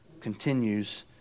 continues